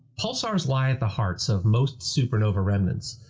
pulsars lie at the hearts of most supernova remnants.